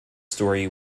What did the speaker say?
story